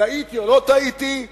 טעיתי או לא טעיתי.